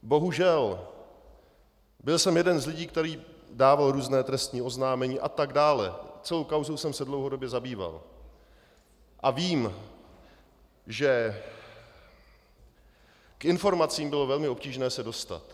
Bohužel, byl jsem jeden z lidí, kteří dávali různá trestní oznámení atd., celou kauzou jsem se dlouhodobě zabýval a vím, že k informacím bylo velmi obtížné se dostat.